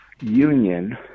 union